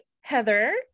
Heather